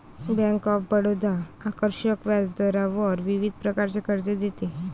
bank of Baroda आकर्षक व्याजदरावर विविध प्रकारचे कर्ज देते